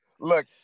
Look